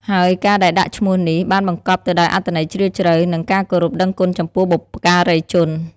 ហើយការដែលដាក់ឈ្មោះនេះ បានបង្កប់ទៅដោយអត្ថន័យជ្រាលជ្រៅ និងការគោរពដឹងគុណចំពោះបុព្វការីជន។